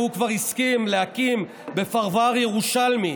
והוא כבר הסכים להקים בפרבר ירושלמי